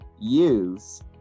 use